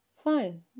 Fine